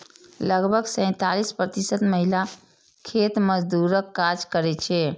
लगभग सैंतालिस प्रतिशत महिला खेत मजदूरक काज करै छै